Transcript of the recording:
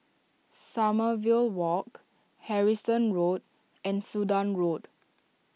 Sommerville Walk Harrison Road and Sudan Road